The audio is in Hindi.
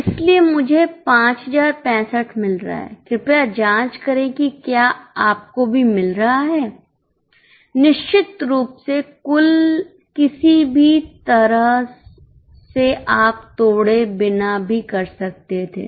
इसलिए मुझे 5065 मिल रहा है कृपया जाँच करें कि क्या आप आपको भी मिल रहा है निश्चित रूप से कुल किसी भी तरह से आप तोड़े बिना भी कर सकते थे